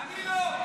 אני לא.